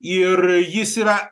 ir jis yra